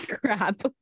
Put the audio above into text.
crap